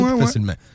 facilement